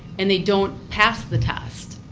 and they don't pass the test.